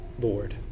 Lord